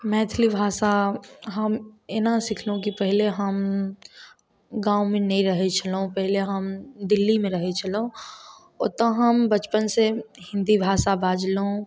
मैथिली भाषा हम एना सिखलहुॅं कि पहले हम गाँवमे नहि रहै छेलहुॅं पहिले हम दिल्लीमे रहै छेलहुॅं ओतो हम बचपन से हिन्दी भाषा बाजलहुॅं